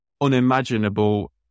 unimaginable